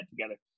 together